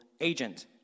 agent